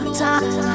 time